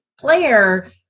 Claire